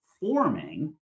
forming